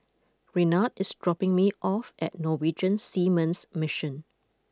Renard is dropping me off at Norwegian Seamen's Mission